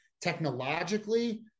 Technologically